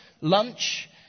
lunch